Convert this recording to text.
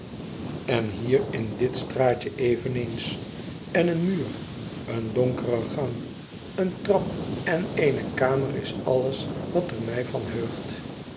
en hier in dit huis straatje eveneens en een muur een donkere gang eene trap en eene kamer is alles wat er mij van heugt